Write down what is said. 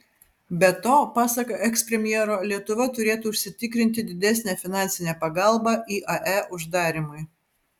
be to pasak ekspremjero lietuva turėtų užsitikrinti didesnę finansinę pagalbą iae uždarymui